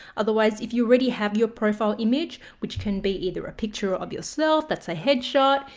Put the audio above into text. otherwise if you already have your profile image which can be either a picture of yourself that's a headshot,